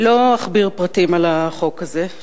לא אכביר פרטים על החוק הזה,